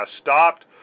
stopped